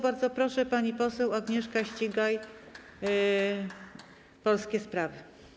Bardzo proszę, pani poseł Agnieszka Ścigaj, Polskie Sprawy.